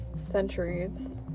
centuries